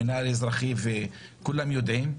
המינהל האזרחי וכולם יודעים מזה,